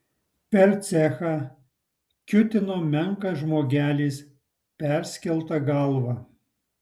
per cechą kiūtino menkas žmogelis perskelta galva